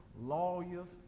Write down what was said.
lawyers